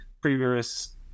previous